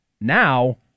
Now